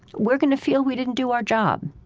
we're going to feel we didn't do our job?